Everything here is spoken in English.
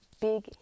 big